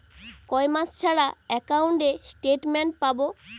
কয় মাস ছাড়া একাউন্টে স্টেটমেন্ট পাব?